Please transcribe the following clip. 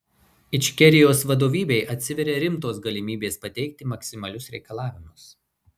ičkerijos vadovybei atsiveria rimtos galimybės pateikti maksimalius reikalavimus